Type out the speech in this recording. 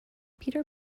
peter